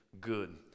good